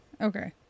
Okay